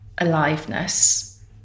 aliveness